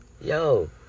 yo